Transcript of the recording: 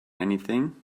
anything